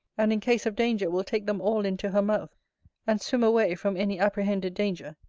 and in case of danger will take them all into her mouth and swim away from any apprehended danger,